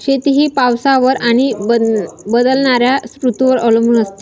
शेती ही पावसावर आणि बदलणाऱ्या ऋतूंवर अवलंबून असते